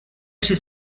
při